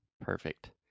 Perfect